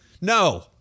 No